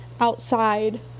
outside